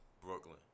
Brooklyn